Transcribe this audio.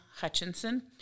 Hutchinson